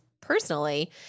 personally